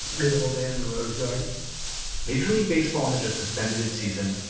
beautiful day in the rose garden major league baseball had just suspended its season. like